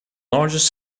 largest